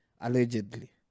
allegedly